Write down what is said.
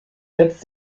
setzt